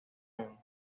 aún